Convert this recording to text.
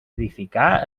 edificar